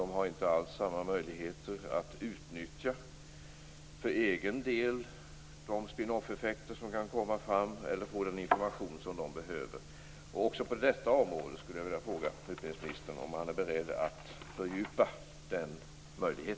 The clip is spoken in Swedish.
De har inte alls samma möjligheter att för egen del utnyttja de spin-off-effekter som kan komma, eller få den information de behöver. Också på detta område skulle jag vilja fråga utbildningsministern om han är beredd att fördjupa denna möjlighet.